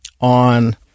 on